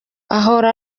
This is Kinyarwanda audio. ahora